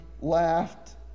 laughed